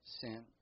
sin